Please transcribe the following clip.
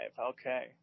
Okay